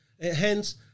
Hence